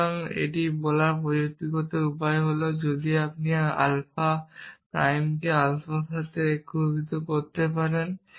সুতরাং এটি বলার প্রযুক্তিগত উপায় হল আপনি যদি আলফা প্রাইমকে আলফার সাথে একীভূত করতে পারেন